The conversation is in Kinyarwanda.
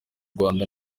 rwanda